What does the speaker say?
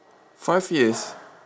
five years